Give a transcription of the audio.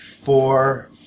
Four